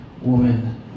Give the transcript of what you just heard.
woman